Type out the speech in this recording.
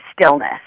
stillness